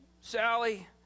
Sally